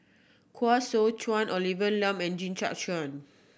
Koh Seow Chuan Olivia Lum and Jit Ch'ng